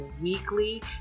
weekly